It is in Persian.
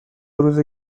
روزه